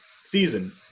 season